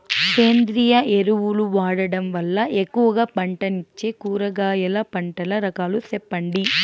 సేంద్రియ ఎరువులు వాడడం వల్ల ఎక్కువగా పంటనిచ్చే కూరగాయల పంటల రకాలు సెప్పండి?